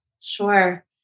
Sure